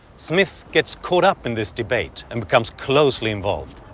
smith gets caught up in this debate, and becomes closely involved.